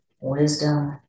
wisdom